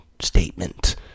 statement